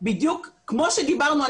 בדיוק כמו שדיברנו,